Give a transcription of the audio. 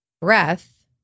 breath